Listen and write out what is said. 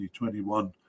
2021